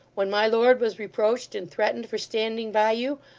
when my lord was reproached and threatened for standing by you,